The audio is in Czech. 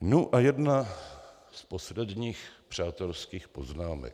Nu a jedna z posledních přátelských poznámek.